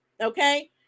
okay